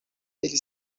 ili